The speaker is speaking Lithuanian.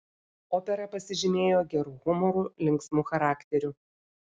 opera pasižymėjo geru humoru linksmu charakteriu